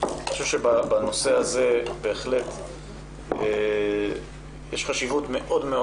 אני חושב שבנושא הזה בהחלט יש חשיבות מאוד מאוד